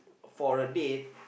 for a date